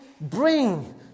bring